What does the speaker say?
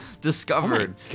discovered